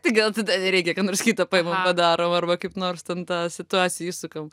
tai gal tada nereikia ką nors kita paimam padarom arba kaip nors ten tą situaciją išsukam